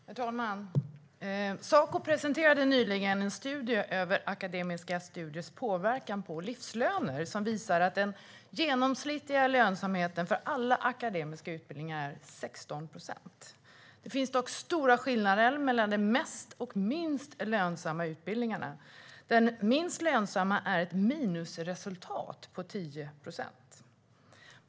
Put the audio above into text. Herr talman! Saco presenterade nyligen en studie över akademiska studiers påverkan på livslöner som visar att den genomsnittliga lönsamheten för alla akademiska utbildningar är 16 procent. Det finns dock stora skillnader mellan de mest och minst lönsamma utbildningarna. Den minst lönsamma har ett minusresultat på 10 procent.